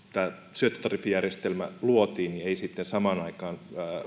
syöttötariffijärjestelmä luotiin niin ei samaan aikaan